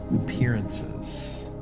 appearances